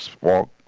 walk